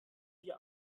wir